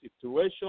situation